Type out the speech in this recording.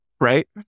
Right